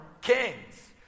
kings